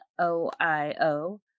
OIO